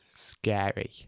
scary